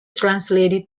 translated